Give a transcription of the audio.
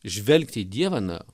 žvelgt į dievą na